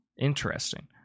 Interesting